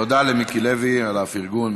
תודה למיקי לוי על הפרגון.